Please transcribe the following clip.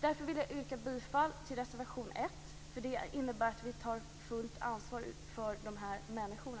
Därför vill jag yrka bifall till reservation 1, för det innebär att vi tar fullt ansvar för de här människorna.